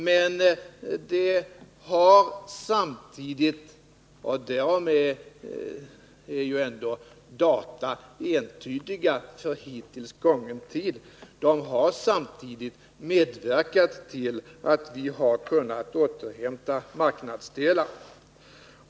Men det har samtidigt — och därom är ju ändå data för hittills gången tid entydiga — medverkat till att vi har kunnat återhämta marknadsandelar.